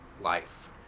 life